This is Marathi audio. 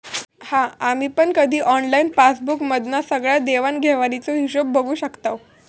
हा आम्ही कधी पण ऑनलाईन पासबुक मधना सगळ्या देवाण घेवाणीचो हिशोब बघू शकताव